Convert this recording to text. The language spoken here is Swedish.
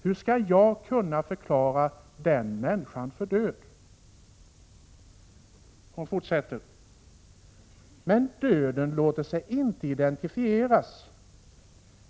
Hur ska jag kunna förklara den människan död?” Ingrid Gertz fortsätter: ”Men döden låter sig inte definieras.